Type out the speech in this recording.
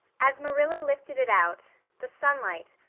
as marilla lifted it out, the sunlight,